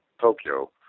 Tokyo